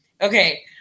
okay